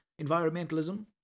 environmentalism